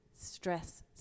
stress